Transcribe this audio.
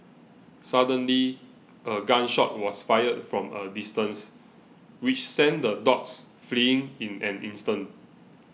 suddenly a gun shot was fired from a distance which sent the dogs fleeing in an instant